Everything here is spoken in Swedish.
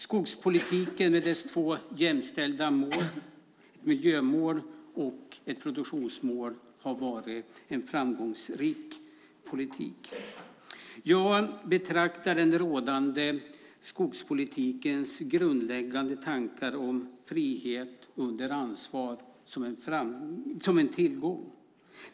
Skogspolitiken med dess två jämställda mål, miljömål och produktionsmål, har varit en framgångsrik politik. Jag betraktar den rådande skogspolitikens grundläggande tankar om frihet under ansvar som en tillgång.